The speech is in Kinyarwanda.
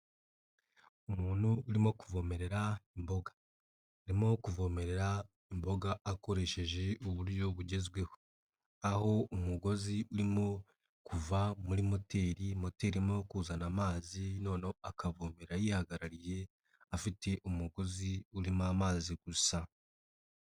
Umuntu urimo kuvomerera imboga, arimo kuvomere imboga akoresheje uburyo bugezweho aho umugozi urimo kuva muri moteri, moteri irimo kuzana amazi noneho akavomera yihagarariye afite umugozi urimo amazi gusa.